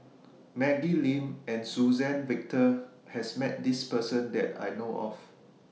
Maggie Lim and Suzann Victor has Met This Person that I know of